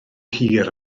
hir